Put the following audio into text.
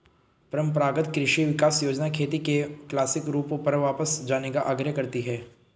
परम्परागत कृषि विकास योजना खेती के क्लासिक रूपों पर वापस जाने का आग्रह करती है